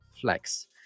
Flex